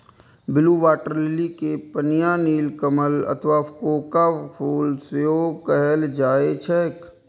blue water lily कें पनिया नीलकमल अथवा कोका फूल सेहो कहल जाइ छैक